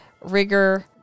rigor